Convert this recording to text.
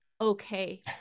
okay